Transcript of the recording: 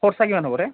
খৰচা কিমান হ'ব ৰে